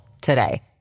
today